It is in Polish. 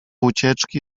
ucieczki